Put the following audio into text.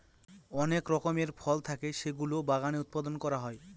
অনেক রকমের ফল থাকে যেগুলো বাগানে উৎপাদন করা হয়